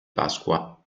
pasqua